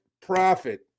profit